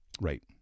Right